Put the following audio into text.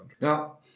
Now